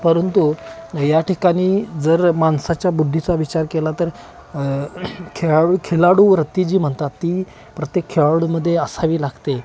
परंतु या ठिकाणी जर माणसाच्या बुद्धीचा विचार केला तर खेळाडू खिलाडूवृत्ती जी म्हणतात ती प्रत्येक खेळाडूमध्ये असावी लागते